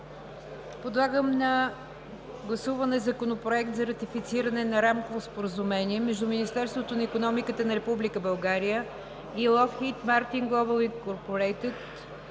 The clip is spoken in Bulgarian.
Подлагам на гласуване Законопроект за ратифициране на Рамково споразумение между Министерството на икономиката на Република България и Lockheed Martin Global INC